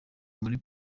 muri